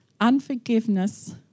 unforgiveness